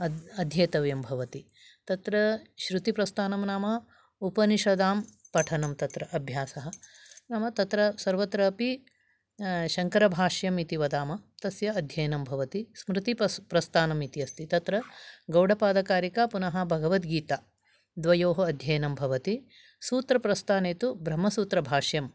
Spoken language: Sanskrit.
अद् अध्येतव्यं भवति तत्र शृतिप्रस्थानं नाम उपनिषदां पठनं तत्र अभ्यासः नाम तत्र सर्वत्र अपि शङ्करभाष्यम् इति वदामः तस्य अध्ययनं भवति स्मृति प्रस् प्रस्थानम् इति अस्ति तत्र गौडपादकारिका पुनः भगवद्गीता द्वयोः अध्ययनं भवति सूत्र प्रस्थानेतु ब्रह्मसूत्रभाष्यं